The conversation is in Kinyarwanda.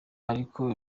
ariko